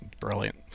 Brilliant